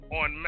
on